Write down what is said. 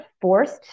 forced